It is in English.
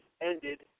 ended